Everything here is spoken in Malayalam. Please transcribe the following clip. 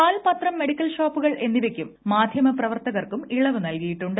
പാൽ പത്രം മെഡിക്കൽ ഷോപ്പുകൾ എന്നിവയ്ക്കും മാധ്യമ പ്രവർത്തകർക്കും ഇളവ് നൽകിയിട്ടുണ്ട്